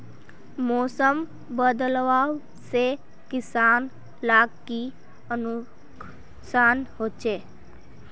मौसम बदलाव से किसान लाक की नुकसान होचे?